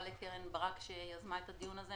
לחברת הכנסת קרן ברק שיזמה את הדיון הזה.